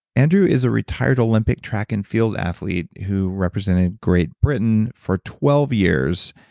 andrew is a retired olympic track-and-field athlete who represented great britain for twelve years,